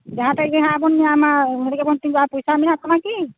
ᱡᱟᱦᱟᱸ ᱴᱷᱮᱡ ᱜᱮᱦᱟᱜ ᱵᱚᱱ ᱧᱟᱢᱟ ᱚᱸᱰᱮ ᱜᱮᱵᱚᱱ ᱛᱤᱜᱩᱜᱼᱟ ᱯᱚᱭᱥᱟ ᱢᱮᱱᱟᱜ ᱛᱟᱢᱟ ᱠᱤ